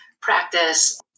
practice